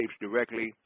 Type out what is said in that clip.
directly